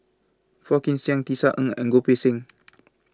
Phua Kin Siang Tisa Ng and Goh Poh Seng